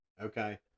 Okay